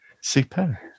super